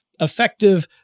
effective